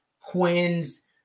Quinn's